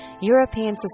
European